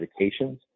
medications